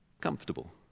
comfortable